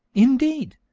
indeed!